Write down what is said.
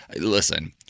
listen—